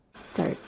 Start